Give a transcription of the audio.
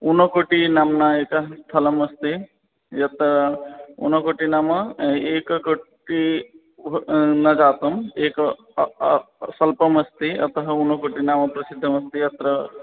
ऊनकोटिः नाम्ना एकस्थलम् अस्ति यत् ऊनकोटिः नाम एककोटिः न जाता एकं स्वल्पम् अस्ति अतः ऊनकोटिनाम प्रसिद्धम् अस्ति अत्र